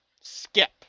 Skip